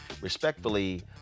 respectfully